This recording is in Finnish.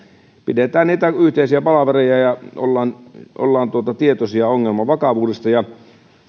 pidetään niitä yhteisiä palavereja ja ollaan ollaan tietoisia ongelman vakavuudesta